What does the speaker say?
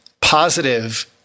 positive